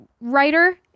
writer